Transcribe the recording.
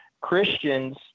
Christians